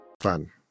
Fun